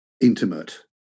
intimate